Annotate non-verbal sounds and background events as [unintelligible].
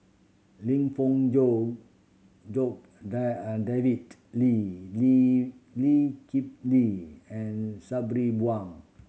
Lim Fong Jock Jock [unintelligible] and David Lee Lee Lee Kip Lee and Sabri Buang